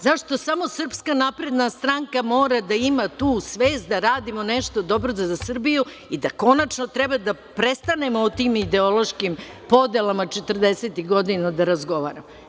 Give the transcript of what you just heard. Zašto samo SNS mora da ima tu svest da radimo nešto dobro za Srbiju i da konačno treba da prestanemo o tim ideološkim podelama 40-ih godina da razgovaramo?